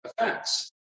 effects